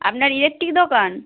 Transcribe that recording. আপনার ইলেকট্রিক দোকান